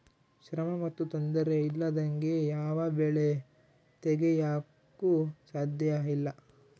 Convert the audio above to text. ಶ್ರಮ ಮತ್ತು ತೊಂದರೆ ಇಲ್ಲದಂಗೆ ಯಾವ ಬೆಳೆ ತೆಗೆಯಾಕೂ ಸಾಧ್ಯಇಲ್ಲ